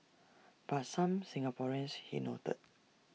but some Singaporeans he noted